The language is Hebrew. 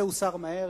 זה הוסר מהר,